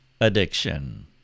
addiction